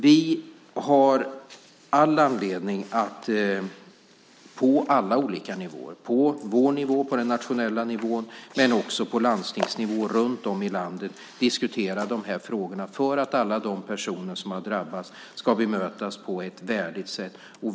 Vi har all anledning att på alla nivåer - vår nivå, den nationella nivån och på landstingsnivå runt om i landet - diskutera de här frågorna för att alla de som har drabbats ska bemötas på ett värdigt sätt.